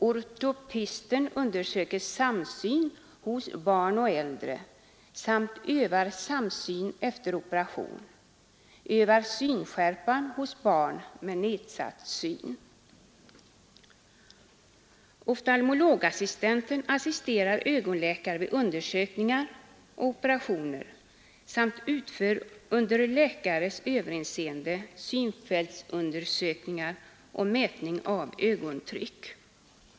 Ortoptisten undersöker samsyn hos barn och äldre samt övar samsyn efter operation och övar synskärpan hos barn med nedsatt syn. Oftalmologassistenten biträder ögonläkaren vid undersökningar och operationer samt utför under läkares överinseende synfältsundersökningar och mätning av ögontryck.